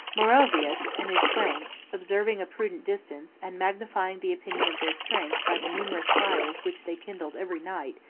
meroveus and his franks, observing a prudent distance, and magnifying the opinion of their strength by the numerous fires which they kindled every night,